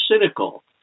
cynical